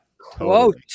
Quote